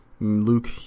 Luke